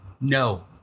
No